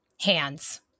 Hands